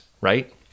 right